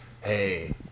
hey